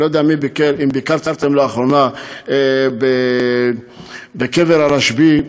אני לא יודע אם ביקרתם לאחרונה בקבר הרשב"י.